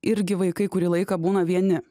irgi vaikai kurį laiką būna vieni